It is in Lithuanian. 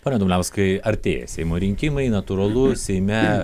pone dumbliauskai artėja seimo rinkimai natūralu seime